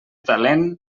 talent